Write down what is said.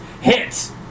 hit